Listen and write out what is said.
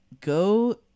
go